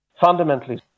Fundamentally